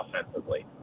offensively